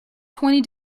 twenty